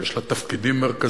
שיש לה תפקידים מרכזיים